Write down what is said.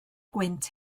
gwynt